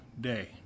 day